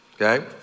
okay